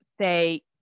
say